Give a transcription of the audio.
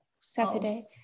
Saturday